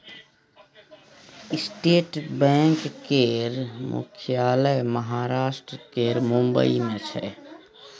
state bank केर मुख्यालय महाराष्ट्र केर मुंबई मे छै